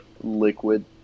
Liquid